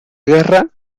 guerra